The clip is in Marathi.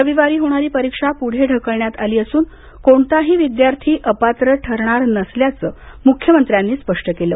रविवारी होणारी परीक्षा पुढे ढकलण्यात आली असून कोणताही विद्यार्थी अपात्र ठरणार नसल्याचं मुख्यमंत्र्यांनी स्पष्ट केलं